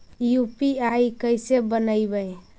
UPI कैसे बनइबै?